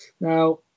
now